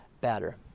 batter